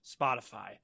Spotify